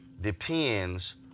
depends